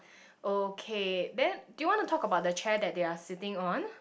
okay then do you wanna talk about the chair that they're sitting on